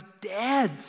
dead